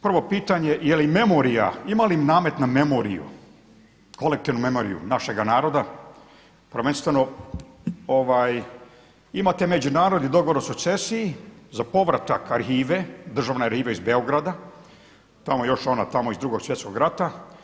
Prvo pitanje je li memorija, ima li namet na memoriju, kolektivnu memoriju našega naroda prvenstveno, imate međunarodni dogovor o sukcesiji, za povratak arhive, državna … iz Beograda, tamo još ona tamo iz Drugog svjetskog rata.